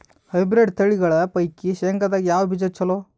Hybrid ತಳಿಗಳ ಪೈಕಿ ಶೇಂಗದಾಗ ಯಾವ ಬೀಜ ಚಲೋ?